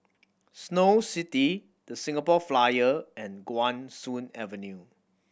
Snow City The Singapore Flyer and Guan Soon Avenue